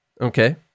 okay